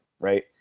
right